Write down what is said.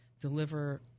deliver